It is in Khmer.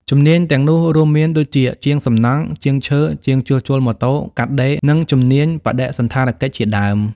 ជំនាញទាំងនោះរួមមានដូចជា ជាងសំណង់ ជាងឈើ ជាងជួសជុលម៉ូតូ កាត់ដេរ និងជំនាញបដិសណ្ឋារកិច្ចជាដើម។